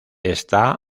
está